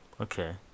Okay